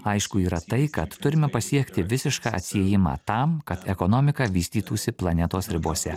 aišku yra tai kad turime pasiekti visišką atsiejimą tam kad ekonomika vystytųsi planetos ribose